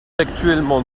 actuellement